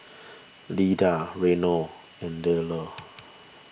Lida Reno and Lelar